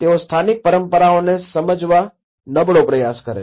તેઓ સ્થાનિક પરંપરાઓને સમજવા નબળો પ્રયાસ કરે છે